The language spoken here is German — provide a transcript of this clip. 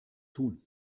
tun